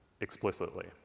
explicitly